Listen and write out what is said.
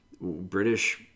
British